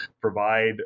provide